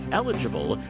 eligible